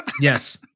Yes